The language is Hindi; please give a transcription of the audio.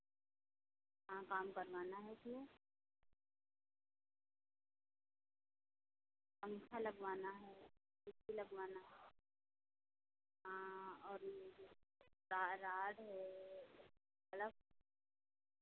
हाँ काम करवाना है क्यों पंखा लगवाना है ए सी लगवाना है हाँ और ऊ जो रॉड है बलफ